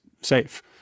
safe